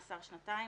מאסר שנתיים.